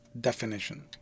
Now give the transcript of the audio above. definition